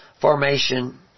formation